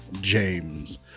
James